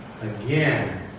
again